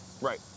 Right